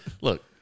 look